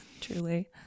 Truly